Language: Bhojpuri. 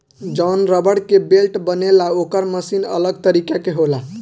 जवन रबड़ के बेल्ट बनेला ओकर मशीन अलग तरीका के होला